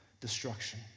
destruction